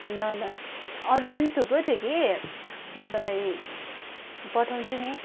ल ल अरू पनि थुप्रो थियो कि म तँलाई पठाउँछु नि